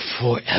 forever